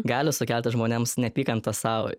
gali sukelti žmonėms neapykanta sau